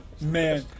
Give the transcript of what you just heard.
man